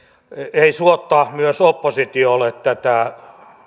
ei suotta myös oppositio ole tätä